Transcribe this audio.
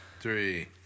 three